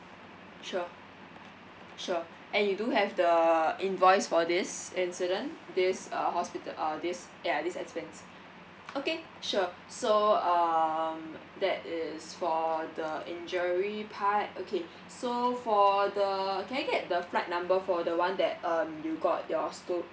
sure sure and you do have the invoice for this incident this uh hospital uh this ya this expense okay sure so um that is for the injury part okay so for the can I get the flight number for the one that um you got your sto~